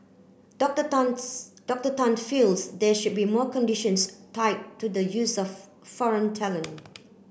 Doctor Tans Doctor Tan feels there should more conditions tied to the use of foreign talent